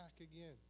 again